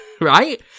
Right